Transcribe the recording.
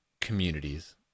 communities